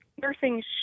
nursing